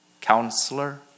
counselor